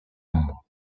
membres